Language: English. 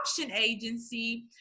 agency